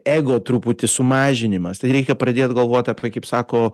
ego truputį sumažinimas tai reikia pradėt galvoti apie kaip sako